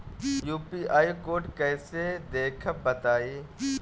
UPI code कैसे देखब बताई?